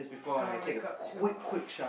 gotta wake up two hours